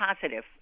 positive